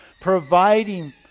providing